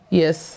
yes